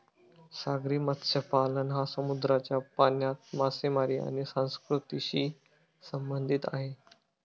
सागरी मत्स्यपालन हा समुद्राच्या पाण्यात मासेमारी आणि संस्कृतीशी संबंधित आहे